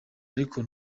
ariko